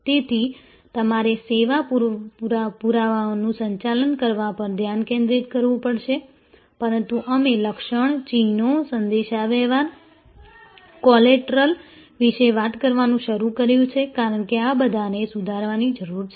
તેથી તમારે સેવા પુરાવાઓનું સંચાલન કરવા પર ધ્યાન કેન્દ્રિત કરવું પડશે પરંતુ અમે લક્ષણ ચિહ્નો સંદેશાવ્યવહાર કોલેટરલ વિશે વાત કરવાનું શરૂ કર્યું કારણ કે આ બધાને સુધારવાની જરૂર છે